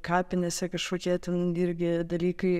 kapinėse kažkokie ten irgi dalykai